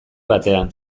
batean